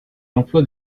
l’emploi